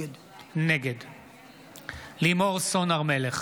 נגד לימור סון הר מלך,